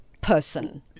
person